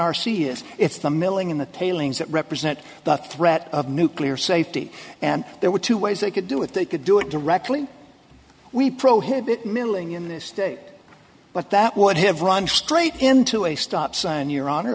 milling in the tailings that represent the threat of nuclear safety and there were two ways they could do it they could do it directly we prohibit milling in this day but that would have run straight into a stop sign your honor